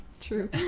True